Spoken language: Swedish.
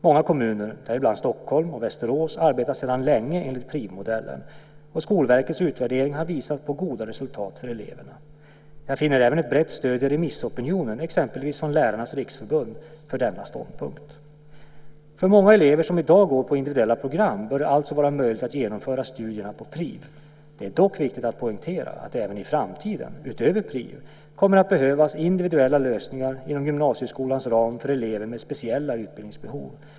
Många kommuner, däribland Stockholm och Västerås, arbetar sedan länge enligt PRIV-modellen och Skolverkets utvärdering har visat på goda resultat för eleverna. Jag finner även ett brett stöd i remissopinionen, exempelvis från Lärarnas Riksförbund, för denna ståndpunkt. För många elever som i dag går på individuella program bör det alltså vara möjligt att genomföra studier på PRIV. Det är dock viktigt att poängtera att det även i framtiden, utöver PRIV, kommer att behövas individuella lösningar inom gymnasieskolans ram för elever med speciella utbildningsbehov.